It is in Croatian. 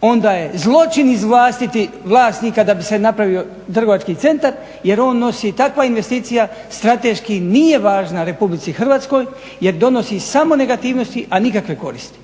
onda je zločin izvlastiti vlasnika da bi se napravio trgovački centar jer on nosi takva investicija strateški nije važna RH jer donosi samo negativnosti a nikakve koristi.